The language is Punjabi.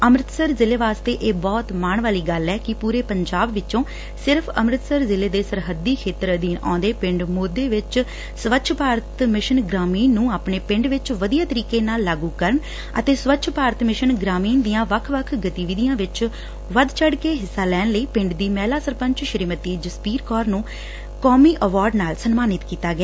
ਅੰਮ੍ਤਿਤਸਰ ਜਿਲ੍ਹੇ ਵਾਸਤੇ ਇਹ ਬਹੁਤ ਹੀ ਮਾਣ ਵਾਲੀ ਗੱਲ ਏ ਕਿ ਪੁਰੇ ਪੰਜਾਬ ਵਿਚੋ ਸਿਰਫ ਅੰਮ੍ਤਿਤਸਰ ਜ਼ਿਲ੍ਹੇ ਦੇ ਸਰਹੱਦੀ ਖੇਤਰ ਅਧੀਨ ਆਉਦੇ ਪਿੰਡ ਮੋਦੇ ਵਿੱਚ ਸਵੱਛ ਭਾਰਤ ਮਿਸ਼ਨ ਗ੍ਰਾਮੀਣ ਨੂੰ ਆਪਣੇ ਪਿੰਡ ਵਿੱਚ ਵਧੀਆ ਤਰੀਕੇ ਨਾਲ ਲਾਗੁ ਕਰਨ ਅਤੇ ਸਵੱਛ ਭਾਰਤ ਮਿਸ਼ਨ ਗ੍ਰਾਮੀਣ ਦੀਆ ਵੱਖ ਵੱਖ ਗਤੀਵਿਧੀਆਂ ਵਿੱਚ ਵੱਧ ਚੜ ਕੇ ਹਿੱਸਾ ਲੈਣ ਲਈ ਪਿੰਡ ਦੀ ਮਹਿਲਾ ਸਰਪੰਚ ਸ੍ਰੀਮਤੀ ਜਸਬੀਰ ਕੌਰ ਨੂੰ ਰਾਸ਼ਟਰੀ ਐਵਾਰਡ ਨਾਲ ਸਨਮਾਨਿਤ ਕੀਤਾ ਗਿਆ